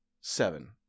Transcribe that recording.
seven